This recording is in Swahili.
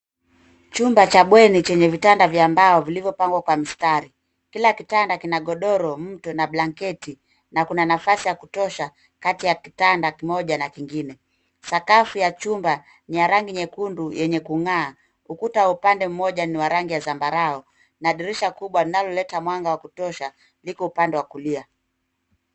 Chumba cha bweni chenye vitanda vya mbao vilivyopangwa kwa mistari. Kila kitanda kina godoro, mto na blanketi na kuna nafasi ya kutosha kati ya kitanda kimoja na kingine. Sakafu ya chumba ni ya rangi nyekundu na yenye kung'aa. Ukuta wa upande mmoja ni wa rangi ya zambarau na dirisha kubwa inayoleta mwanga wa kutosha iko upande wa kulia.